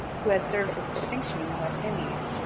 who had served with distinction in the west indies,